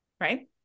Right